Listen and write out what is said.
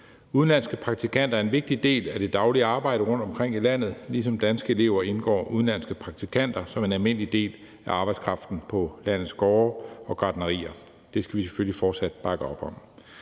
Udenlandske praktikanter er en vigtig del af det daglige arbejde rundtomkring i landet. Ligesom danske elever indgår udenlandske praktikanter som en almindelig del af arbejdskraften på landets gårde og gartnerier. Det skal vi selvfølgelig fortsat bakke op om.